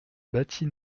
bâtie